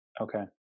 Okay